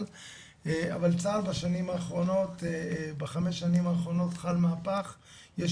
אבל בחמש השנים האחרונות חל מהפך בצה"ל,